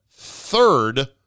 third